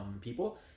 people